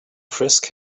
frisk